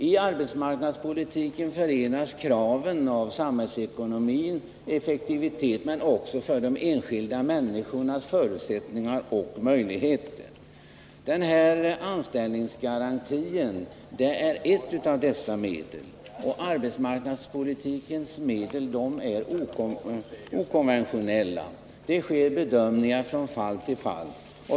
I arbetsmarknadspolitiken möts samhällsekonomins krav på effektivitet och kraven på att tillgodose de enskilda människornas förutsättningar och möjligheter. Anställningsgarantin är ett sådant arbetsmarknadspolitiskt medel. De arbetsmarknadspolitiska medlen är okonventionella. Det sker bedömningar från fall till fall.